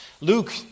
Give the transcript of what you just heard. Luke